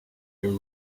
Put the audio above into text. their